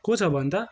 को छ भन्त